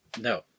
No